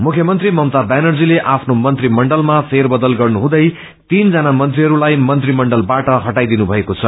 मुख्यमन्त्री ममता व्यानर्जीले आफ्नो मन्त्रीमण्डलमा फेर बदल गर्नुहँदै तीन जना मन्त्रीहस्ताई मन्त्रीमण्डवाट हटाईदिनुथएको छ